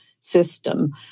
system